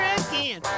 again